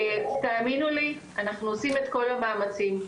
תאמינו לי אנחנו עושים את כל המאמצים.